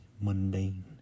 mundane